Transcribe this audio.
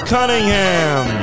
Cunningham